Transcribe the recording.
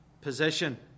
position